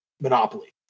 monopoly